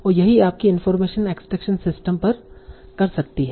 और यही आपकी इनफार्मेशन एक्सट्रैक्शन सिस्टम कर सकती है